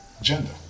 gender